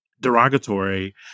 derogatory